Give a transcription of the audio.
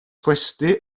gwesty